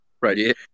Right